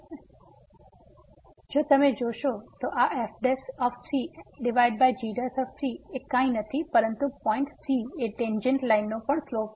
તેથી જો તમે જોશો તો આ f g c કંઈ નથી પરંતુ પોઈંટ c એ ટેંન્જેટ લાઈનનો સ્લોપ છે